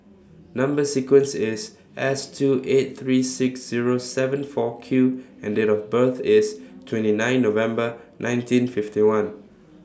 Number sequence IS S two eight three six Zero seven four Q and Date of birth IS twenty nine November nineteen fifty one